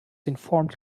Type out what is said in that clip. informed